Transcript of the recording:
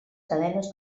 cadenes